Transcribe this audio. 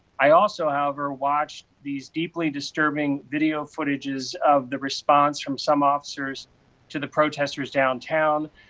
i also, however, watched these deeply disturbing video footages of the response from some officers to the protesters downtown.